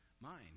mind